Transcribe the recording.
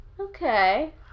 Okay